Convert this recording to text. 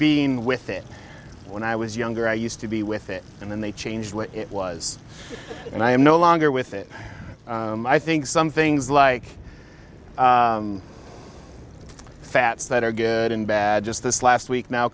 being with it when i was younger i used to be with it and then they changed what it was and i am no longer with it i think some things like fats that are good and bad just this last week now